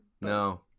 No